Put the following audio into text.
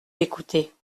l’écouter